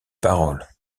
paroles